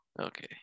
Okay